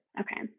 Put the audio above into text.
Okay